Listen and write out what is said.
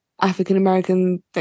African-American